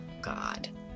God